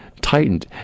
tightened